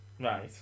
Right